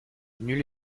nul